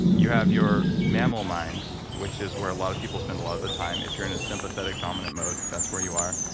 you have your mammal mind which is where a lot of people spend a lot of the time. if you're in a sympathetic dominant mode, that's where you are.